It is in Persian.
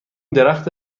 درخت